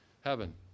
heaven